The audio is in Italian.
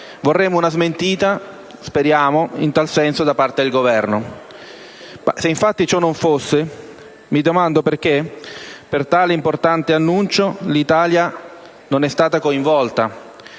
Vorremmo una smentita - speriamo - in tal senso da parte del Governo. Se infatti così non fosse mi domando perché, per tale importante annuncio, l'Italia non sia stata coinvolta,